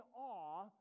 awe